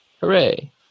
Hooray